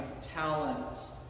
talent